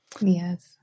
Yes